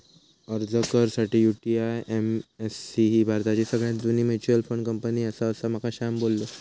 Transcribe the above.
अर्ज कर साठी, यु.टी.आय.ए.एम.सी ही भारताची सगळ्यात जुनी मच्युअल फंड कंपनी आसा, असा माका श्याम बोललो